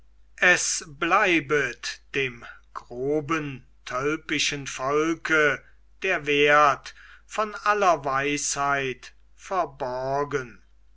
es bleibet dem groben tölpischen volke der wert von aller weisheit verborgen